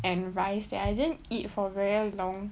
and rice that I didn't eat for very long